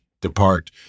depart